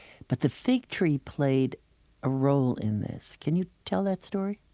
but the fig tree played a role in this. can you tell that story?